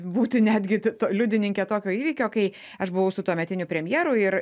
būti netgi t to liudininke tokio įvykio kai aš buvau su tuometiniu premjeru ir